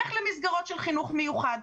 לך למסגרות של חינוך מיוחד.